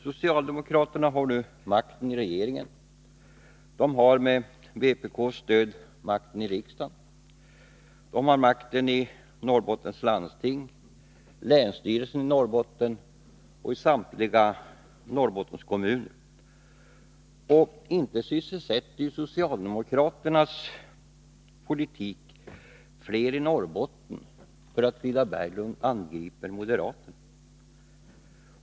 Socialdemokraterna har nu makten i regeringen, och de har med vpk:s stöd makten i riksdagen. Socialdemokraterna har makten i Norrbottens läns landsting, i länsstyrelsen i Norrbotten och i samtliga Nottbottenskommuner. Och inte sysselsätter socialdemokraternas politik fler i Norrbotten för att Frida Berglund angriper moderaterna!